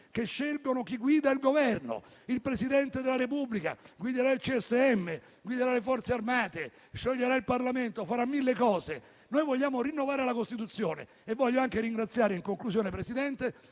che scelgono chi guida il Governo. Il Presidente della Repubblica guiderà il CSM, le Forze armate, scioglierà il Parlamento, farà 1.000 cose. Noi vogliamo rinnovare la Costituzione. In conclusione, Presidente,